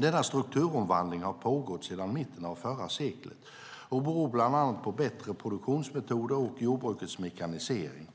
Denna strukturomvandling har pågått sedan mitten av förra seklet och beror bland annat på förbättrade produktionsmetoder och jordbrukets mekanisering.